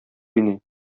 уйный